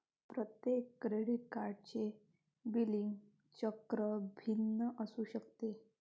प्रत्येक क्रेडिट कार्डचे बिलिंग चक्र भिन्न असू शकते